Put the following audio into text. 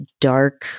dark